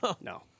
No